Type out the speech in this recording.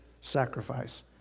sacrifice